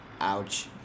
Ouch